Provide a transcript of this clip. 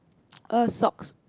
err socks